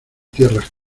tierras